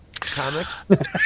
comic